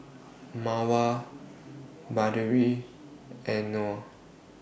Mawar Batari and Noh